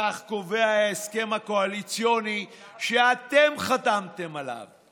כך קובע ההסכם הקואליציוני, שאתם חתמתם עליו.